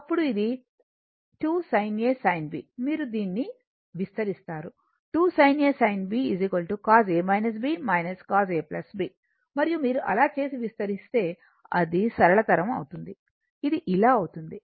అప్పుడు ఇది 2 sin A sin B మీరు దీన్ని విస్తరిస్తారు 2 sin A sin B cos cos A B మరియు మీరు అలా చేసి విస్తరిస్తే అది సరళతరం అవుతుంది ఇది ఇలా అవుతుంది